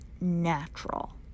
natural